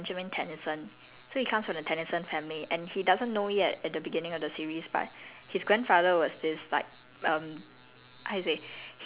no uh his his actual name right his birth cert name right is benjamin-tennison so he comes from the tennison family and he doesn't know yet at the beginning of the series but